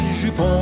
jupons